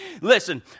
Listen